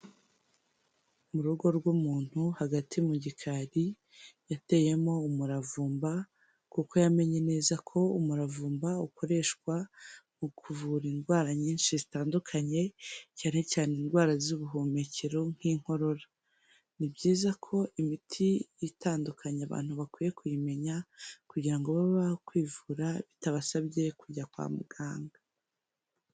Mu rugo rw'umuntu hagati mu gikari yateyemo umuravumba, kuko yamenye neza ko umuravumba ukoreshwa mu kuvura indwara nyinshi zitandukanye cyane cyane indwara z'ubuhumekero nk'inkorora. Ni byiza ko imiti itandukanya abantu bakwiye kuyimenya kugira ngo babe bakwivura bitabasabye kujya kwa muganga.